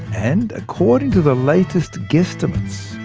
and according to the latest guesstimates,